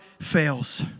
fails